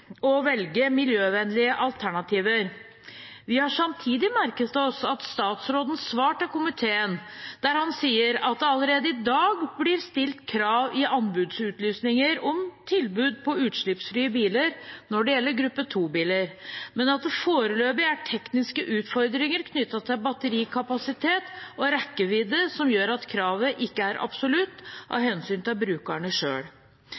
å velge miljøvennlige alternativer. Vi har samtidig merket oss statsrådens svar til komiteen, der han sier at det allerede i dag blir stilt krav i anbudsutlysninger om tilbud på utslippsfrie biler når det gjelder gruppe 2-biler, men at det foreløpig er tekniske utfordringer knyttet til batterikapasitet og rekkevidde som gjør at kravet ikke er absolutt, av